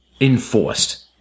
enforced